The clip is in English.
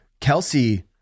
Kelsey